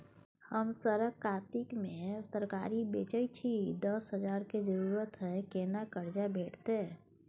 हम सरक कातिक में तरकारी बेचै छी, दस हजार के जरूरत हय केना कर्जा भेटतै?